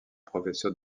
professeur